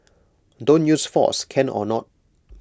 don't use force can or not